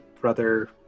brother